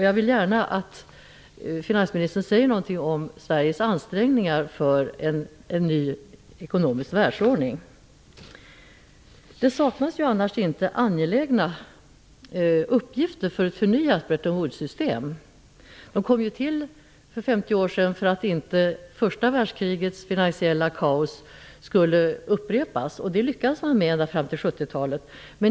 Jag skulle önska att finansministern sade något om Sveriges ansträngningar för en ny ekonomisk världsordning. Det saknas inte angelägna uppgifter för ett förnyat Bretton Woods-system. Bretton Woods tillkom för 50 år sedan för att inte första världskrigets finansiella kaos skulle upprepas. Det lyckades ända fram till 70-talet.